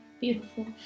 beautiful